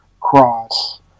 Cross